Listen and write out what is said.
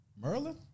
Merlin